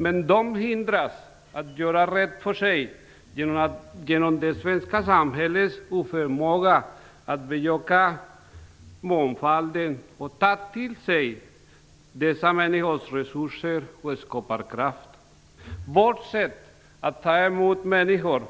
Men dessa människor hindras att göra rätt för sig genom det svenska samhällets oförmåga att bejaka mångfalden och ta till sig dessa människors resurser och skaparkraft. Vårt sätt att ta emot människor